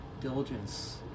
diligence